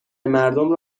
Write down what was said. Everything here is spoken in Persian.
مردم